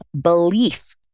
belief